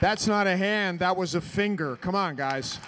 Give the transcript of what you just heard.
that's not a hand that was a finger c'mon guys